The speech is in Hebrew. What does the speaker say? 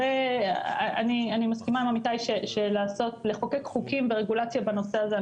אני מסכימה עם עמיתיי שלחוקק חוקים ורגולציה בנושא הזה,